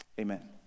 amen